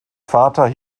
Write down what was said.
vater